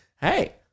hey